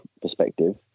perspective